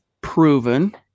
proven